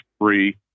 free